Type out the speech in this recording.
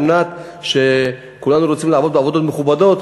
כי כולנו רוצים לעבוד בעבודות מכובדות,